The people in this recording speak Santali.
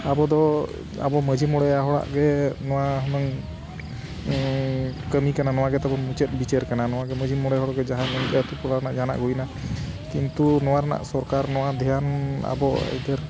ᱟᱵᱚ ᱫᱚ ᱟᱵᱚ ᱢᱟᱺᱡᱷᱤ ᱢᱚᱬᱮ ᱦᱚᱲᱟᱜ ᱜᱮ ᱱᱚᱣᱟ ᱦᱩᱱᱟᱹᱝ ᱠᱟᱹᱢᱤ ᱠᱟᱱᱟ ᱱᱚᱣᱟ ᱜᱮ ᱛᱟᱵᱚᱱ ᱢᱩᱪᱟᱹᱫ ᱵᱤᱪᱟᱹᱨ ᱠᱟᱱᱟ ᱱᱚᱣᱟ ᱜᱮ ᱢᱟᱺᱡᱷᱤ ᱢᱚᱬᱮ ᱦᱚᱲᱜᱮ ᱡᱟᱦᱟᱸᱭ ᱢᱮᱱᱠᱮᱫᱟ ᱟᱹᱛᱩᱼᱴᱚᱞᱟ ᱨᱮᱱᱟᱜ ᱡᱟᱱᱟᱜ ᱜᱮ ᱦᱩᱭᱮᱱᱟ ᱠᱤᱱᱛᱩ ᱱᱚᱣᱟ ᱨᱮᱱᱟᱜ ᱥᱚᱨᱠᱟᱨ ᱱᱚᱣᱟ ᱫᱷᱮᱭᱟᱱ ᱟᱵᱚ ᱟᱹᱭᱫᱟᱹᱨ